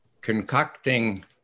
concocting